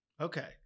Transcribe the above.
Okay